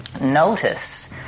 Notice